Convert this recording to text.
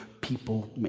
people